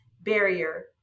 barrier